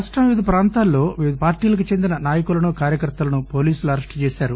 రాష్టం వివిధ ప్రాంతాల్లో వివిధ పార్టీలకు చెందిన నాయకులను కార్యకర్తలను పోలీసులు అరెస్టు చేశారు